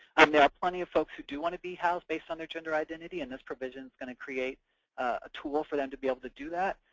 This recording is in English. um plenty of folks who do want to be housed based on their gender identity, and this provision is going to create a tool for them to be able to do that.